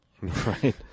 Right